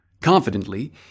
Confidently